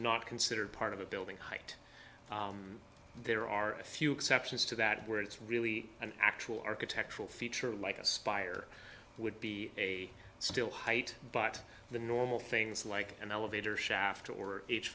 not considered part of a building height there are a few exceptions to that where it's really an actual architectural feature like a spire would be a still height but the normal things like an elevator shaft or